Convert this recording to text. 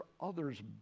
others